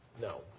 no